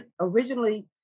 originally